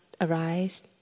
arise